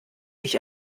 ich